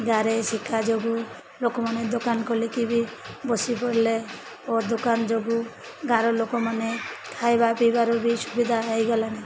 ଗାଁରେ ଶିକ୍ଷା ଯୋଗୁଁ ଲୋକମାନେ ଦୋକାନ ଖୋଲିକି ବି ବସି ପଡ଼ିଲେ ଓ ଦୋକାନ ଯୋଗୁଁ ଗାଁର ଲୋକମାନେ ଖାଇବା ପିଇବାର ବି ସୁବିଧା ହୋଇଗଲାନି